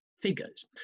figures